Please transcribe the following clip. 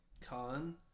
con